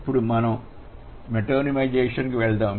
ఇప్పుడు మనం మెటోనిమైజేషన్ కు వెళదాం